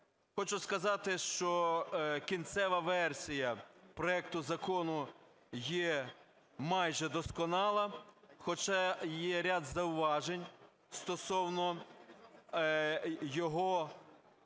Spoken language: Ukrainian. Хочу сказати, що кінцева версія проекту закону є майже досконала, хоча є ряд зауважень стосовно його